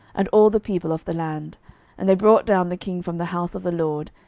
and all the people of the land and they brought down the king from the house of the lord,